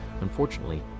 unfortunately